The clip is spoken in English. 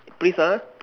please ah